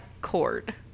cord